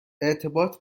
ارتباط